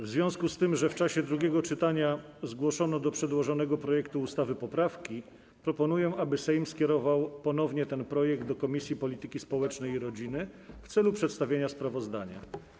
W związku z tym, że w czasie drugiego czytania zgłoszono do przedłożonego projektu ustawy poprawki, proponuję, aby Sejm skierował ponownie ten projekt do Komisji Polityki Społecznej i Rodziny w celu przedstawienia sprawozdania.